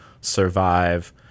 survive